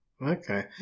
okay